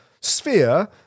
sphere